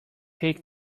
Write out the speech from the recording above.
take